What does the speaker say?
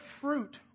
fruit